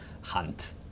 hunt